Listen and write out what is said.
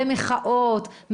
במחאות,